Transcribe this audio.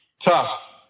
Tough